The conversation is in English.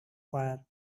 fire